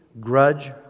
grudge